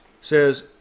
says